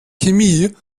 chemie